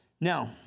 Now